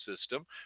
system